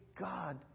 God